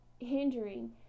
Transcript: hindering